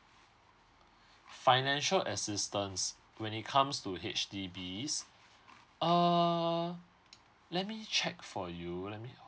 financial assistance when it comes to H_D_Bs uh let me check for you let me